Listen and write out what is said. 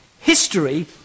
history